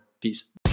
Peace